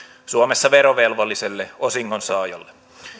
suomessa verovelvolliselle osingonsaajalle